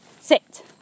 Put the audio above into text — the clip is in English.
Sit